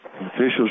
official's